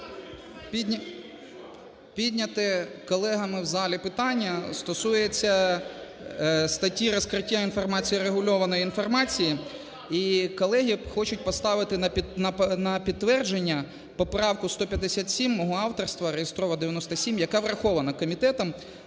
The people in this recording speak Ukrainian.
Підняте колегами в залі питання стосується статті розкриття інформації, регульованої інформації, і колеги хочуть поставити на підтвердження поправку 157 мого авторства (реєстрова 97), яка врахована комітетом,